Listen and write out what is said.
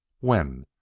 When